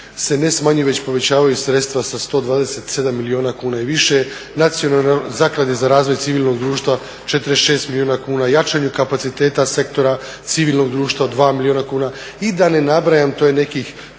se ne smanjuju već povećavaju sredstva sa 127 milijuna kuna i više, Zaklade za razvoj civilnog društva 46 milijuna kuna jačanju kapaciteta sektora civilnog društva 2 milijuna kuna i da ne nabrajam, to je nekih